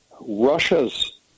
Russia's